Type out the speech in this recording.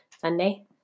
Sunday